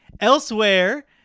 elsewhere